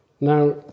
Now